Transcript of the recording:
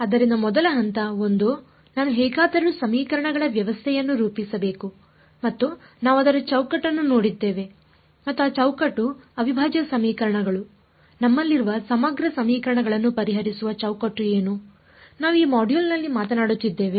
ಆದ್ದರಿಂದ ಮೊದಲ ಹಂತ 1 ನಾನು ಹೇಗಾದರೂ ಸಮೀಕರಣಗಳ ವ್ಯವಸ್ಥೆಯನ್ನು ರೂಪಿಸಬೇಕು ಮತ್ತು ನಾವು ಅದರ ಚೌಕಟ್ಟನ್ನು ನೋಡಿದ್ದೇವೆ ಮತ್ತು ಆ ಚೌಕಟ್ಟು ಅವಿಭಾಜ್ಯ ಸಮೀಕರಣಗಳು ನಮ್ಮಲ್ಲಿರುವ ಸಮಗ್ರ ಸಮೀಕರಣಗಳನ್ನು ಪರಿಹರಿಸುವ ಚೌಕಟ್ಟು ಏನು ನಾವು ಈ ಮಾಡ್ಯೂಲ್ನಲ್ಲಿ ಮಾತನಾಡುತ್ತಿದ್ದೇವೆ